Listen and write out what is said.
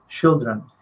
children